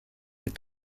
est